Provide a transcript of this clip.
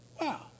Wow